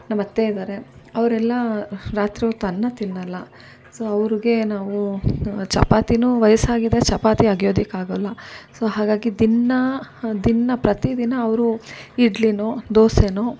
ನಮ್ಮತ್ತೆ ಇದ್ದಾರೆ ಅವರೆಲ್ಲ ರಾತ್ರಿ ಹೊತ್ತು ಅನ್ನ ತಿನ್ನೋಲ್ಲ ಸೊ ಅವ್ರಿಗೆ ನಾವು ಚಪಾತಿಯೂ ವಯಸ್ಸಾಗಿದೆ ಚಪಾತಿ ಅಗೆಯೋದಕ್ಕಾಗೋಲ್ಲ ಸೊ ಹಾಗಾಗಿ ದಿನಾ ದಿನಾ ಪ್ರತಿದಿನ ಅವರು ಇಡ್ಲಿಯೋ ದೋಸೆಯೋ